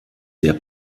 sehr